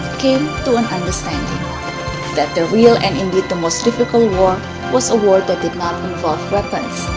came to an understanding that the real and indeed the most difficult work was a work that could not involve weapons.